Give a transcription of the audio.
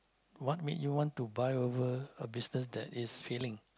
what make you want to buy over a business that is failing